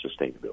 sustainability